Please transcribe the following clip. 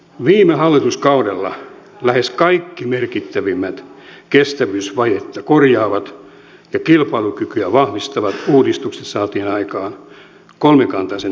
viime hallituskaudella lähes kaikki merkittävimmät kestävyysvajetta korjaavat ja kilpailukykyä vahvistavat uudistukset saatiin aikaan kolmikantaisen yhteistyön tuloksina